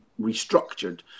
restructured